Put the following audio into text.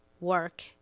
work